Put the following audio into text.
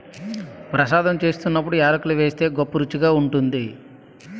ప్రసాదం సేత్తున్నప్పుడు యాలకులు ఏస్తే గొప్పరుసిగా ఉంటాది